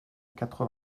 quatre